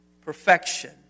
perfection